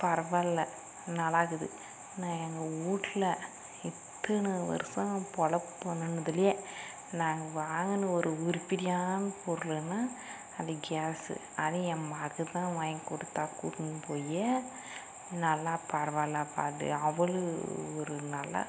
பரவாயில்ல நல்லாக்குது நான் எங்கள் வீட்ல இத்தனை வருசம் பழப்பானேன்திலியே நாங்கள் வாங்கின ஒரு உருப்படியான பொருளுனால் அது கேஸ் அது என் மகள்தான் வாங்கி கொடுத்தா கூட்டின்னு போய் நல்ல பரவாயில்ல அது அவள் ஒரு நல்லா